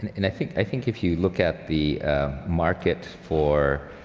and i think i think if you look at the market for